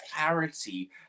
clarity